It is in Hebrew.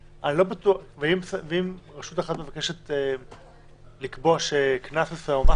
ואם רשות אחת מבקשת לקבוע שקנס מסוים או רף